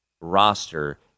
roster